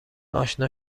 آشنا